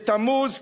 בתמוז,